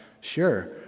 sure